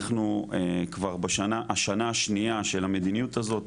אנחנו כבר בשנה השנייה של המדיניות הזאת.